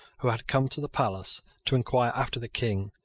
who had come to the palace to enquire after the king,